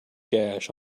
gash